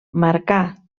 marcà